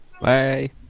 Bye